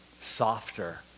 Softer